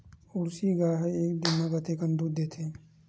Jersey गाय ह एक दिन म कतेकन दूध देथे?